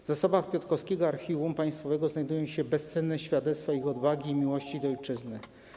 W zasobach piotrkowskiego Archiwum Państwowego znajdują się bezcenne świadectwa ich odwagi i miłości do ojczyzny.